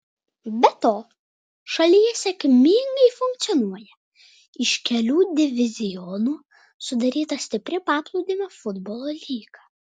be to šalyje sėkmingai funkcionuoja iš kelių divizionų sudaryta stipri paplūdimio futbolo lyga